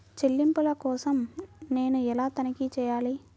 చెల్లింపుల కోసం నేను ఎలా తనిఖీ చేయాలి?